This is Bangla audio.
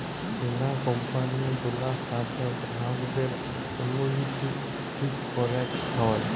বীমা কম্পালি গুলার সাথ গ্রাহকদের অলুইটি ঠিক ক্যরাক হ্যয়